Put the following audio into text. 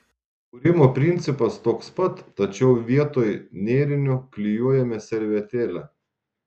kūrimo principas toks pat tačiau vietoj nėrinio klijuojame servetėlę